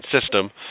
system